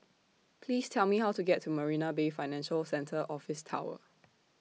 Please Tell Me How to get to Marina Bay Financial Centre Office Tower